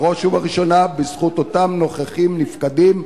בראש ובראשונה בזכות אותם נוכחים-נפקדים,